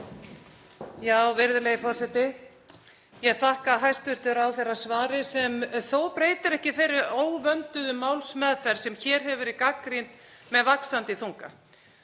Virðulegi forseti. Ég þakka hæstv. ráðherra svarið sem breytir þó ekki þeirri óvönduðu málsmeðferð sem hér hefur verið gagnrýnd með vaxandi þunga.